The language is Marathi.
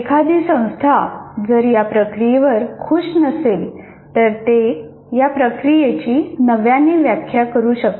एखादी संस्था जर या प्रक्रियेवर खूश नसेल तर ते या प्रक्रियेची नव्याने व्याख्या करू शकतात